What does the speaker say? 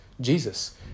Jesus